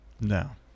no